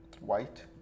White